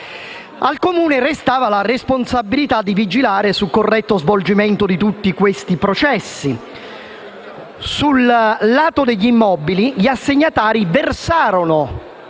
Al Comune restava la responsabilità di vigilare sul corretto svolgimento di tutti questi processi. Sul lato degli immobili, gli assegnatari versarono